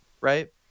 right